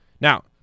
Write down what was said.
Now